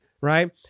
right